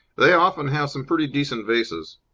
they often have some pretty decent vases.